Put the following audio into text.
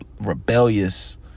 rebellious